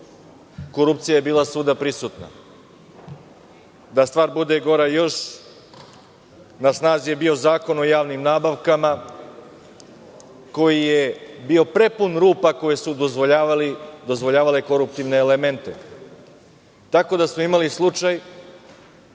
korupcija je bila svuda prisutna. Da stvar bude još gora, na snazi je bio Zakon o javnim nabavkama koji je bio prepun rupa koje su dozvoljavale koruptivne elemente. Imali smo slučaj